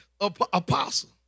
apostle